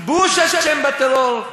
הכיבוש אשם בטרור,